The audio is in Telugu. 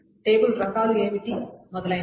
టేబుల్ రకాలు ఏమిటి మొదలైనవి